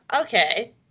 okay